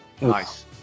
Nice